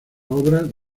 obras